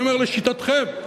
לשיטתכם,